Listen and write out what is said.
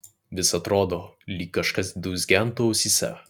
vis atrodo lyg kažkas dūzgentų ausyse